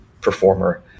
performer